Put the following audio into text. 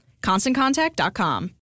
ConstantContact.com